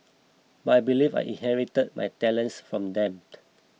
but I believe I inherited my talents from them